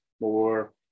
more